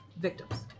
victims